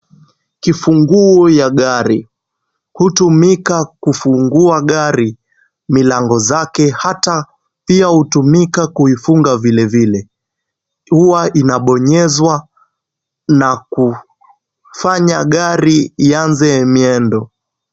Kifunguu ya gari. Hutumika kufungua gari milango zake, hata pia hutumika kuifunga vile vile. Huwa inabonyezwa na kufanya gari ianze miendo.